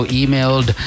emailed